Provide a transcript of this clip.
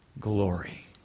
glory